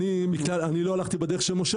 אני לא הלכתי בדרך של משה,